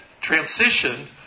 transition